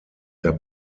der